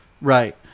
Right